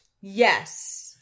Yes